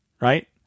right